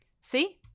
see